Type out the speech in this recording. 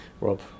Rob